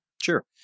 Sure